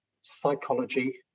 psychology